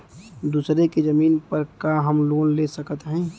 दूसरे के जमीन पर का हम लोन ले सकत हई?